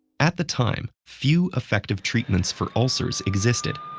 at the time, few effective treatments for ulcers existed,